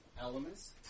elements